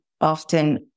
often